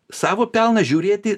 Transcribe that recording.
savo pelną žiūrėti